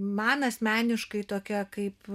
man asmeniškai tokia kaip